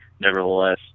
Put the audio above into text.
nevertheless